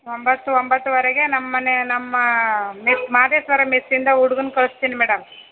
ಒಂಬತ್ತು ಒಂಬತ್ತೂವರೆಗೆ ನಮ್ಮ ಮನೆ ನಮ್ಮ ಮೆಸ್ ಮಾದೇಶ್ವರ ಮೆಸ್ಸಿಂದ ಹುಡ್ಗನ್ನ ಕಳಿಸ್ತೀನಿ ಮೇಡಮ್